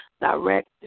direct